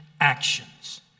actions